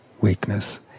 weakness